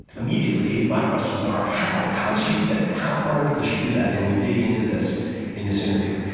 immediately, my questions are, how? how does she do that? how on earth does she do that? and we dig into this in this interview.